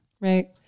Right